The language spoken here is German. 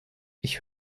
ich